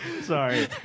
Sorry